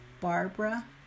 Barbara